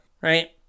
Right